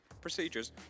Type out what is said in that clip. procedures